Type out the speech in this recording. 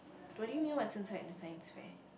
do you really mean what's inside the science fair